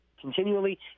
continually